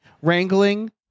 wrangling